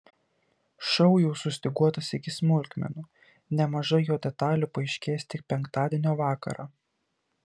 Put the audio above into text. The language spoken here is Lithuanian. šou jau sustyguotas iki smulkmenų nemažai jo detalių paaiškės tik penktadienio vakarą